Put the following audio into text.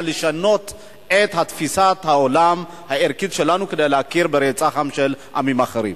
לשנות את תפיסת העולם הערכית שלנו כדי להכיר ברצח עם של עמים אחרים.